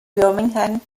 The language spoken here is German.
birmingham